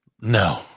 No